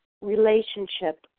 relationship